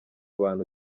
bantu